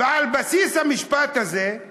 ועל בסיס המשפט הזה הוא